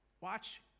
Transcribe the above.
watch